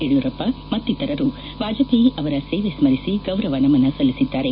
ಯಡಿಯೂರಪ್ಪ ಮತ್ತಿತರರು ವಾಜಪೇಯಿ ಅವರ ಸೇವೆ ಸ್ಥರಿಸಿ ಗೌರವ ನಮನ ಸಲ್ಲಿಸಿದ್ದಾರೆ